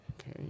Okay